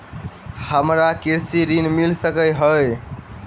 हमरा कृषि ऋण मिल सकै है?